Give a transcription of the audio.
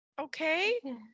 okay